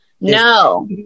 No